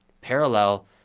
parallel